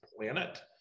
planet